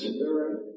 Spirit